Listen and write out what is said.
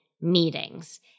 meetings